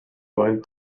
wind